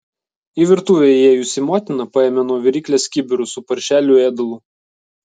į virtuvę įėjusi motina paėmė nuo viryklės kibirus su paršelių ėdalu